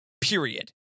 Period